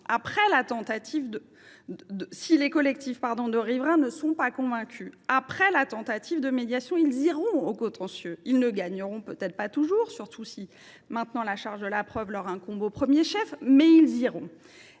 les collectifs de riverains qui ne sont pas convaincus après la tentative de médiation iront au contentieux. Ils ne gagneront peut être pas toujours, d’autant moins si la charge de la preuve leur incombe désormais au premier chef, mais ils se